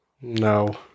No